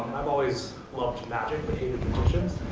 i've always loved magic and hated magicians.